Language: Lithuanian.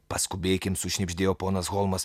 paskubėkim sušnibždėjo ponas holmas